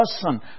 person